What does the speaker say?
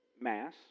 Mass